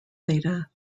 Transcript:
theta